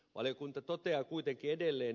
valiokunta toteaa kuitenkin edelleen